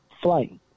flight